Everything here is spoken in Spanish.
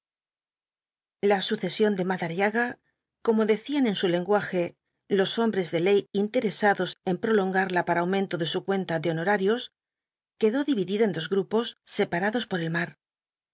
la sucesión madariaga como decían en su lenguaje los hombres de ley interesados en prolongarla para aumento de su cuenta de honorarios quedó dividida en dos grupos separados por el mar los